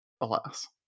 alas